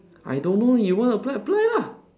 I don't know you want to apply apply lah